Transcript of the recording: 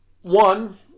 one